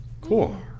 cool